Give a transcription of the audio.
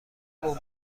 ممکن